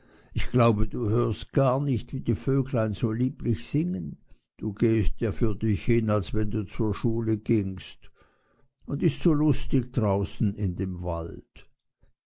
ich glaube du hörst gar nicht wie die vöglein so lieblich singen du gehst ja für dich hin als wenn du zur schule gingst und ist so lustig haußen in dem wald